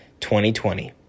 2020